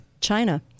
China